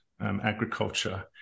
agriculture